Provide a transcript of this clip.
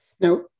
Now